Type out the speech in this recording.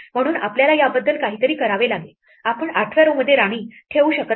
म्हणून आपल्याला याबद्दल काहीतरी करावे लागेलआपण 8 व्या row मध्ये राणी ठेवू शकत नाही